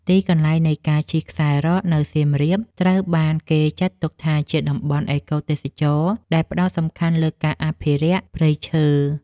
ទីកន្លែងនៃការជិះខ្សែរ៉កនៅសៀមរាបត្រូវបានគេចាត់ទុកថាជាតំបន់ អេកូទេសចរណ៍ ដែលផ្ដោតសំខាន់លើការអភិរក្សព្រៃឈើ។